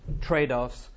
trade-offs